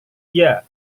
dia